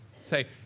Say